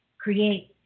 create